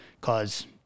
cause